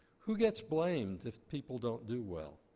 who gets blamed if people don't do well?